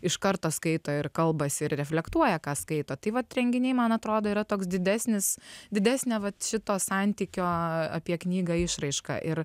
iš karto skaito ir kalbasi ir reflektuoja ką skaito tai vat renginiai man atrodo yra toks didesnis didesnė vat šito santykio apie knygą išraiška ir